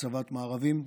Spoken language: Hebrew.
הצבת מארבים,